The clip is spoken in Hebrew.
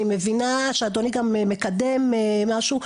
אני מבינה שאתה מקדם משהו.